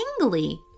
tingly